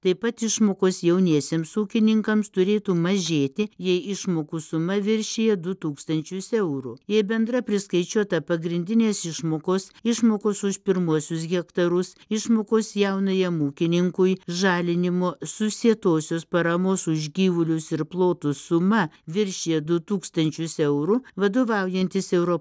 taip pat išmokos jauniesiems ūkininkams turėtų mažėti jei išmokų suma viršija du tūkstančius eurų jei bendra priskaičiuota pagrindinės išmokos išmokos už pirmuosius hektarus išmokos jaunajam ūkininkui žalinimo susietosios paramos už gyvulius ir plotų suma viršija du tūkstančius eurų vadovaujantis europos